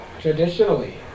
traditionally